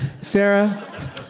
Sarah